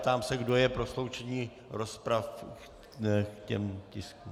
Ptám se, kdo je pro sloučení rozpravy k těm tiskům.